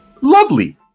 lovely